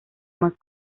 más